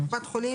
(2)קופת חולים,